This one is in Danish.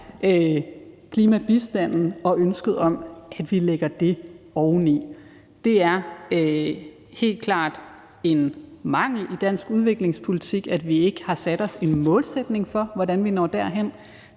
klimabistanden og ønsket om, at vi lægger det oveni. Det er helt klart en mangel i dansk udviklingspolitik, at vi ikke har sat os en målsætning, så vi når derhen.